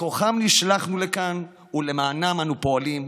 בכוחם נשלחנו לכאן ולמענם אנו פועלים,